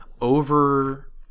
over